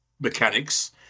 mechanics